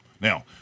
Now